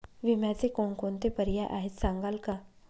विम्याचे कोणकोणते पर्याय आहेत सांगाल का?